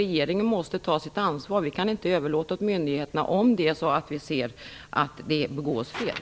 Regeringen måste ta sitt ansvar. Om det är så att det begås fel kan detta inte överlåtas åt myndigheterna.